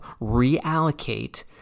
reallocate